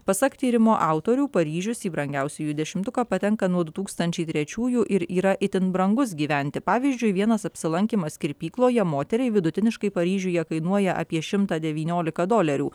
pasak tyrimo autorių paryžius į brangiausiųjų dešimtuką patenka nuo du tūkstančiai trečiųjų ir yra itin brangus gyventi pavyzdžiui vienas apsilankymas kirpykloje moteriai vidutiniškai paryžiuje kainuoja apie šimtą devyniolika dolerių